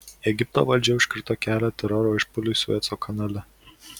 egipto valdžia užkirto kelią teroro išpuoliui sueco kanale